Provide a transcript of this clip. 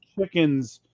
chickens